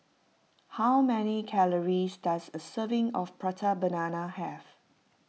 how many calories does a serving of Prata Banana have